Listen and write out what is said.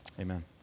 Amen